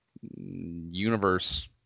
universe